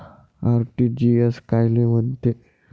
RTGS कायले म्हनते?